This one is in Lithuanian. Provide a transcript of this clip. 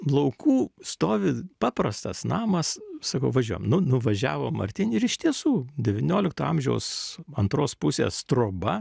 laukų stovi paprastas namas sakau važiuojam nu nuvažiavom artyn ir iš tiesų devyniolikto amžiaus antros pusės troba